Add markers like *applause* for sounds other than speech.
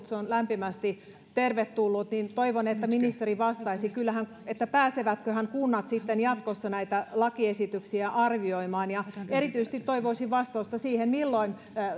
*unintelligible* se on lämpimästi tervetullut toivon että ministeri vastaisi että pääsevätköhän kunnat sitten jatkossa näitä lakiesityksiä arvioimaan ja erityisesti toivoisin vastausta siihen milloin